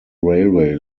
railway